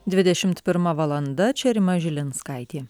dvidešimt pirma valanda čia rima žilinskaitė